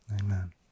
Amen